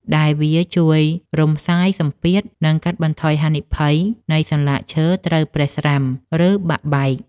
ដែលវាជួយរំសាយសម្ពាធ និងកាត់បន្ថយហានិភ័យនៃសន្លាក់ឈើត្រូវប្រេះស្រាំ ឬបាក់បែក។